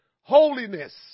holiness